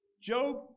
Job